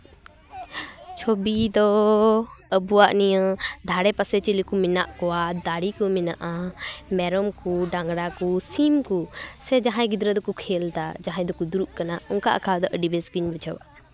ᱪᱷᱚᱵᱤ ᱫᱚ ᱟᱵᱚᱣᱟᱜ ᱱᱤᱭᱟᱹ ᱫᱷᱟᱨᱮ ᱯᱟᱥᱮ ᱪᱤᱞᱤ ᱠᱚ ᱢᱮᱱᱟᱜ ᱠᱚᱣᱟ ᱫᱟᱨᱮ ᱠᱚ ᱢᱮᱱᱟᱜᱼᱟ ᱢᱮᱨᱚᱢ ᱠᱚ ᱰᱟᱝᱨᱟ ᱠᱚ ᱥᱤᱢ ᱠᱚ ᱥᱮ ᱡᱟᱦᱟᱸᱭ ᱜᱤᱫᱽᱨᱟᱹ ᱫᱚᱠᱚ ᱠᱷᱮᱞᱫᱟ ᱥᱮ ᱡᱟᱦᱟᱸᱭ ᱫᱚᱠᱚ ᱫᱩᱲᱩᱵ ᱠᱟᱱᱟ ᱚᱱᱠᱟ ᱟᱸᱠᱟᱣ ᱫᱚ ᱟᱹᱰᱤ ᱵᱮᱥ ᱜᱮᱧ ᱵᱩᱡᱷᱟᱹᱣᱟ